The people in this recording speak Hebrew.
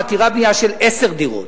המתירה בנייה של עשר דירות.